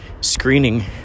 screening